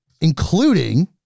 including